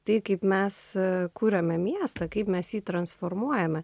tai kaip mes kuriame miestą kaip mes jį transformuojame